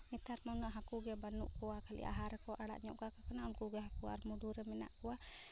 ᱱᱮᱛᱟᱨ ᱢᱟ ᱩᱱᱟᱹᱜ ᱦᱟᱹᱠᱩ ᱜᱮ ᱵᱟᱹᱱᱩᱜ ᱠᱚᱣᱟ ᱠᱷᱟᱹᱞᱤ ᱟᱦᱟᱨ ᱨᱮᱠᱚ ᱟᱲᱟᱜ ᱧᱚᱜᱫ ᱠᱟᱠᱚ ᱠᱟᱱᱟ ᱩᱱᱠᱩ ᱜᱮ ᱦᱟᱹᱠᱩ ᱟᱨ ᱢᱩᱰᱩ ᱨᱮ ᱢᱮᱱᱟᱜ ᱠᱚᱣᱟ